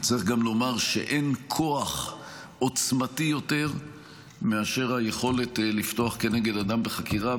צריך גם לומר שאין כוח עוצמתי יותר מאשר היכולת לפתוח כנגד אדם בחקירה,